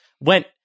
went